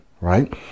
right